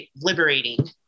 liberating